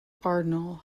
arundel